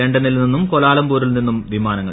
ലണ്ടനിൽ നിന്നും ക്വാലാല്പ്പൂരിൽ നിന്നും വിമാനങ്ങൾ